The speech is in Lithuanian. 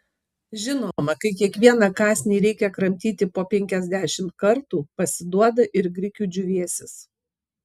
žinoma kai kiekvieną kąsnį reikia kramtyti po penkiasdešimt kartų pasiduoda ir grikių džiūvėsis